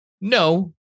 No